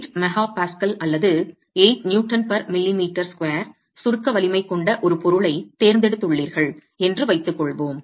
8 MPa அல்லது 8 Nmm2 சுருக்க வலிமை கொண்ட ஒரு பொருளைத் தேர்ந்தெடுத்துள்ளீர்கள் என்று வைத்துக்கொள்வோம்